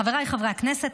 חבריי חברי הכנסת,